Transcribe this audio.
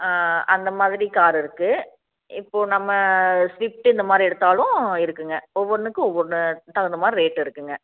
அந்த மாதிரி காரு இருக்குது இப்போது நம்ம ஒரு ஸ்விஃப்ட் இந்த மாதிரி எடுத்தாலும் இருக்குதுங்க ஒவ்வொன்றுக்கும் ஒவ்வொன்று தகுந்த மாதிரி ரேட்டு இருக்குங்க